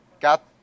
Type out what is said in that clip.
got –